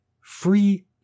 free